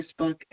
Facebook